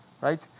right